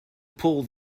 pull